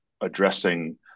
addressing